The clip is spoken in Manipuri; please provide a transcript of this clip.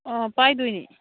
ꯑꯣ ꯄꯥꯏꯗꯣꯏꯅꯤ